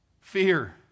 Fear